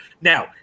Now